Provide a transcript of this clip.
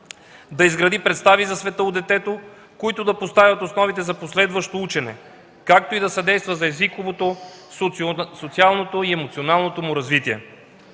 да изгради представи за света у детето, които да поставят основите за последващо учене, както и да съдейства за езиковото, социалното и емоционалното му развитие.